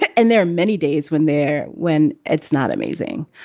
and there are many days when there when it's not amazing.